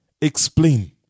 Explain